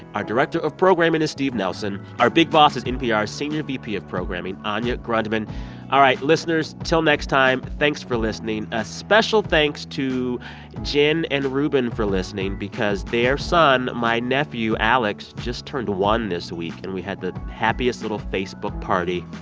our director of programming is steve nelson. our big boss is npr's senior vp of programming anya grundmann all right, listeners, till next time, thanks for listening. a special thanks to jen and rubin for listening because their son, my nephew, alex just turned one this week and we had the happiest little facebook party.